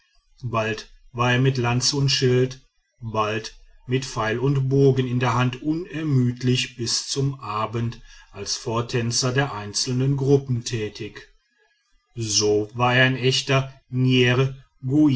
bald war er mit lanze und schild bald mit pfeil und bogen in der hand unermüdlich bis zum abend als vortänzer der einzelnen gruppen tätig so war er ein echter